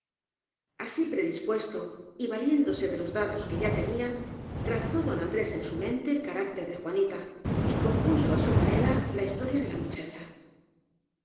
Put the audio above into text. así predispuesto y valiéndose de los datos que ya tenía trazó don andrés en su mente el carácter de juanita y compuso á su manera la historia de la muchacha